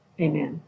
Amen